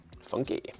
funky